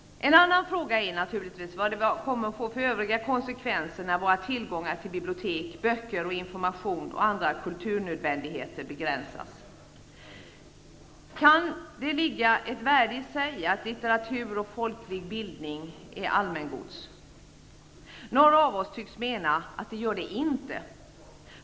En annan fråga är naturligtvis vad det kommer att få för övriga konsekvenser när våra tillgångar till bibliotek, böcker och information och andra kulturnödvändigheter begränsas. Kan det ligga ett värde i sig att litteratur och folklig bildning är allmängods? Några av oss tycks mena att det inte gör det.